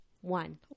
one